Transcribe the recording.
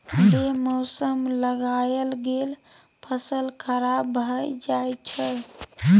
बे मौसम लगाएल गेल फसल खराब भए जाई छै